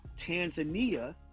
Tanzania